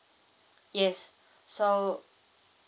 yes so